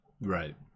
right